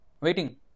waiting